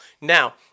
Now